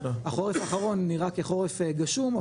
החורף האחרון נראה כחורף גשום,